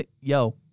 yo